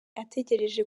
ategereje